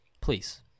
Please